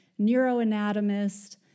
neuroanatomist